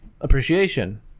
appreciation